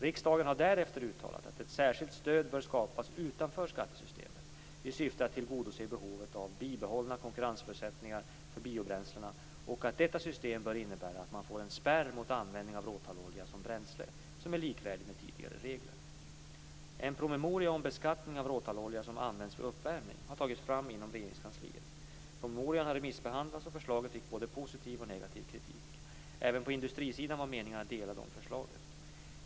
Riksdagen har därefter uttalat att ett särskilt stöd bör skapas utanför skattesystemet i syfte att tillgodose behovet av bibehållna konkurrensförutsättningar för biobränslena och att detta system bör innebära att man får en spärr mot användning av råtallolja som bränsle som är likvärdig med tidigare regler. En promemoria om beskattning av råtallolja som används för uppvärmning har tagits fram inom Regeringskansliet . Promemorian har remissbehandlats, och förslaget fick både positiv och negativ kritik. Även på industrisidan var meningarna delade om förslaget.